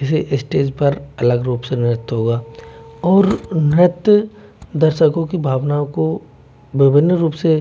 किसी स्टेज पर अलग रूप से नृत्य हुआ और नृत्य दर्शकों की भावनाओं को विभिन्न रूप से